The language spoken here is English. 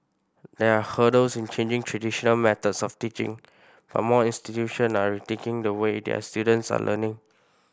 there are hurdles in changing traditional methods of teaching but more institution are rethinking the way their students are learning